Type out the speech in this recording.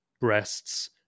breasts